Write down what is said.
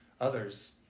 others